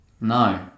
No